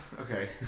Okay